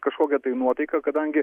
kažkokią tai nuotaiką kadangi